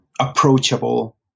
approachable